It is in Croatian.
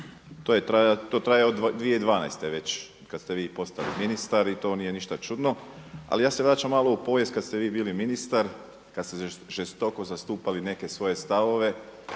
to traje od 2012. već kada ste vi postali ministar i to nije ništa čudno. Ali ja se vraćam malo u povijest kada ste vi bili ministar, kada ste žestoko zastupali neke svoje stavove,